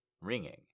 ringing